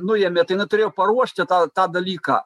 nuėmė tai jinai turėjo paruošti tą tą dalyką